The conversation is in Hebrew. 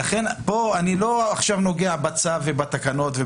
אז אני לא נוגע לכם בצו ובתקנות,